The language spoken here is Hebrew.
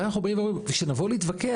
ואנחנו באים ואומרים שנבוא להתווכח.